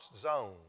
zone